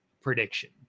prediction